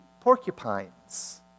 porcupines